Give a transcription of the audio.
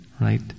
right